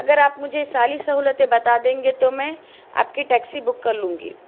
اگر آپ مجھے ساری سہولتیں بتا دیں گے تو میں آپ کی ٹیکسی بک کر لوں گی